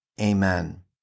Amen